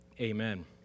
Amen